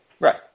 Right